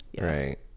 right